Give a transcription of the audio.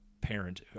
parent